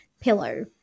pillow